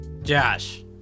Josh